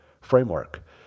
framework